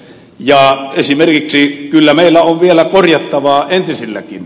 ja kyllä meillä on vielä korjattavaa entisilläkin